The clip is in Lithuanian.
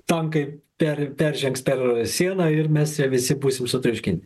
tankai per peržengs per sieną ir mes visi būsime sutriuškinti